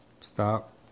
Stop